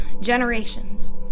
generations